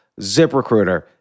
ZipRecruiter